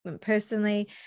personally